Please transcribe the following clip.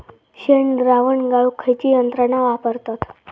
शेणद्रावण गाळूक खयची यंत्रणा वापरतत?